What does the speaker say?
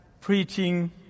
Preaching